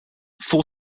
full